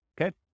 Okay